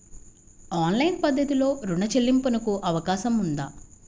Online పద్ధతిలో రుణ చెల్లింపునకు అవకాశం ఉందా?